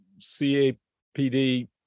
CAPD